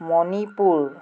Manipur